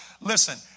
Listen